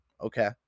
Okay